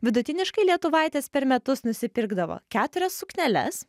vidutiniškai lietuvaitės per metus nusipirkdavo keturias sukneles